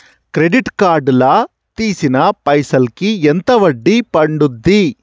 Credit card లా తీసిన పైసల్ కి ఎంత వడ్డీ పండుద్ధి?